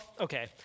okay